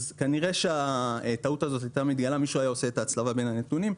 כנראה שהטעות הזאת הייתה מגיעה ומישהו היה עושה את ההצלבה בין הנתונים,